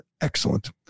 Excellent